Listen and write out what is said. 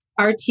RT